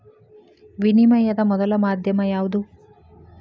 ವಿನಿಮಯದ ಮೊದಲ ಮಾಧ್ಯಮ ಯಾವ್ದು